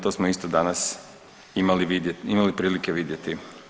To smo isto danas imali prilike vidjeti.